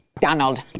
Donald